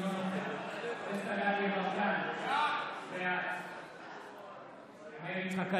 אינו נוכח דסטה גדי יברקן, בעד מאיר יצחק הלוי,